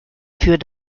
für